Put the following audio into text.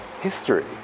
History